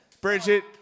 Bridget